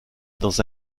dans